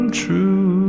true